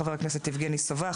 חבר הכנסת יבגני סובה,